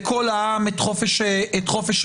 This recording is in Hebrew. בקול העם את חופש הביטוי?